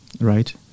right